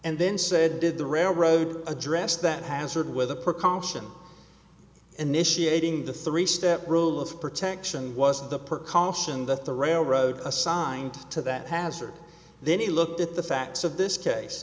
and then said did the railroad address that hazard with a precaution anisha aiding the three step rule of protection was the per call sion that the railroad assigned to that hazard then he looked at the facts of this case